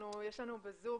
יש לנו בזום,